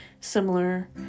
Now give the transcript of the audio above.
similar